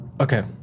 Okay